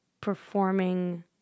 performing